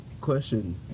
Question